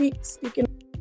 speaking